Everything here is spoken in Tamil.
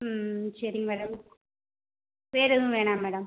ம் சரிங்க மேடம் வேறு எதுவும் வேணாம் மேடம்